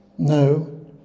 No